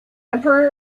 emperor